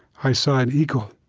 i saw an eagle.